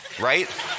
right